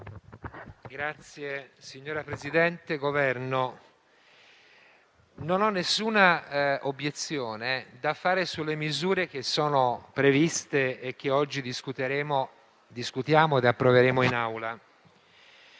Presidente, signori del Governo, non ho alcuna obiezione da fare sulle misure che sono previste e che oggi discutiamo e approveremo in Aula.